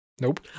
Nope